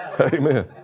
Amen